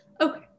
Okay